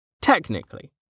Technically